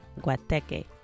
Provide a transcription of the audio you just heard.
guateque